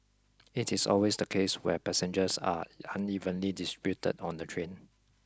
it is always the case where passengers are unevenly distributed on the train